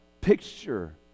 picture